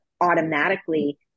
automatically